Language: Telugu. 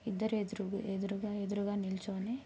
ఇద్దరు ఎదురు ఎదురు ఎదురుగా నిల్చోని